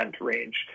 range